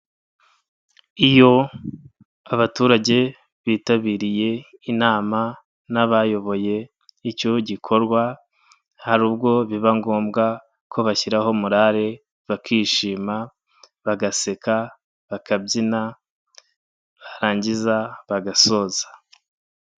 Iyo abaturage bitabiriye inama n'abayoboye icyo gikorwa, hari ubwo biba ngombwa ko bashyiraho morale bakishima, bagaseka, bakabyina barangiza bagasoza.